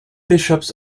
bishops